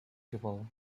people